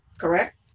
Correct